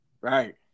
Right